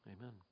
Amen